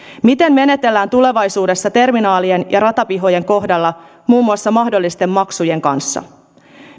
miten menetellään tulevaisuudessa terminaalien ja ratapihojen kohdalla muun muassa mahdollisten maksujen kanssa